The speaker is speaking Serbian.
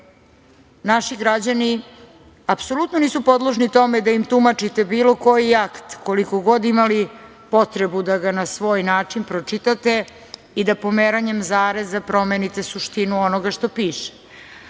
naši građani apsolutno nisu podložni tome da im tumačite bilo koji akt, koliko god imali potrebu da ga na svoj način pročitate i da pomeranjem zareza promenite suštinu onoga što piše,